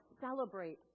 celebrate